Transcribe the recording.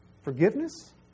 forgiveness